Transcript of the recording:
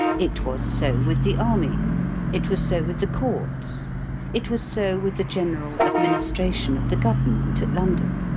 it was so with the army it was so with the courts it was so with the general administration of the government, at london.